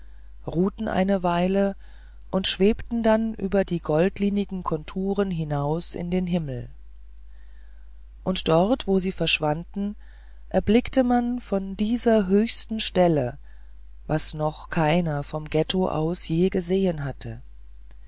ruhten eine weile und schwebten dann über die goldlinigen konturen hinaus in den himmel und dort wo sie verschwanden erblickte man von dieser höchsten stelle was noch keiner vom ghetto aus je gesehen hatte